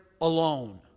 alone